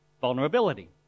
vulnerability